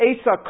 Asa